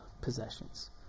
possessions